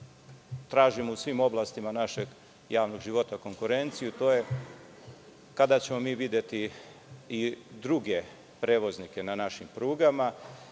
tražimo u svim oblastima našeg javnog života konkurenciju, to je kada ćemo mi videti i druge prevoznike na našim prugama